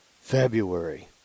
February